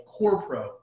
CorePro